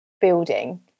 building